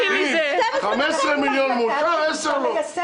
אתם מקבלים החלטה שאי אפשר ליישם.